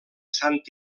sant